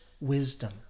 wisdom